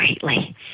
greatly